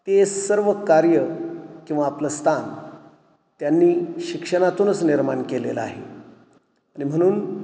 ते सर्व कार्य किंवा आपलं स्थान त्यांनी शिक्षणातूनच निर्माण केलेलं आहे आणि म्हणून